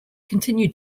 continued